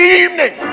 evening